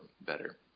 better